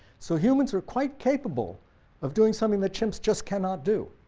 so humans are quite capable of doing something that chimps just cannot do.